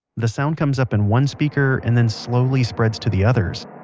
the sound comes up in one speaker and then slowly spreads to the others.